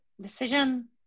decision